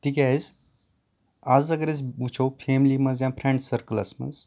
تِکیازِ آز اَگر أسۍ وٕچھو فیملی منٛز یا فرینٛڈ سٕکٔلس منٛز